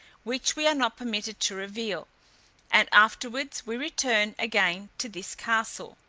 which we are not permitted to reveal and afterwards we return again to this castle.